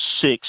six